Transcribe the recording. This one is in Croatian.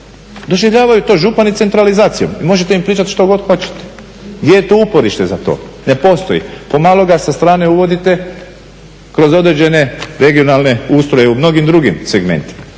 doživljavaju to župani centralizacijom i možete im pričati što god hoćete. Gdje je tu uporište za to? Ne postoji. Pomalo ga sa strane uvodite kroz određene regionalne ustroje u mnogim drugim segmentima